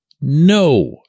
no